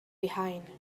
behind